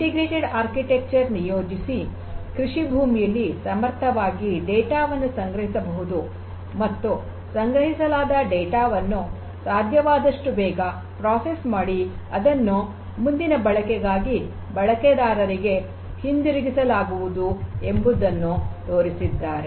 ಸಂಯೋಜಿತ ವಾಸ್ತುಶಿಲ್ಪ ನಿಯೋಜಿಸಿ ಕೃಷಿ ಭೂಮಿಯಲ್ಲಿ ಸಮರ್ಥವಾಗಿ ಡೇಟಾ ವನ್ನು ಸಂಗ್ರಹಿಸಬಹುದು ಮತ್ತು ಸಂಗ್ರಹಿಸಲಾದ ಡೇಟಾ ವನ್ನು ಸಾಧ್ಯವಾದಷ್ಟು ಬೇಗ ಪ್ರಾಸೆಸ್ ಮಾಡಿ ಅದನ್ನು ಮುಂದಿನ ಬಳಕೆಗಾಗಿ ಬಳಕೆದಾರರಿಗೆ ಹಿಂದಿರುಗಿಸಲಾಗುವುದು ಎಂಬುದನ್ನು ತೋರಿಸಿದ್ದಾರೆ